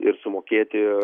ir sumokėti